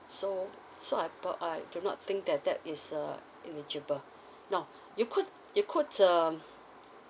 so so I thou~ I do not think that that is uh eligible now you could you could um